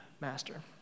master